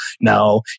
no